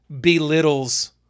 belittles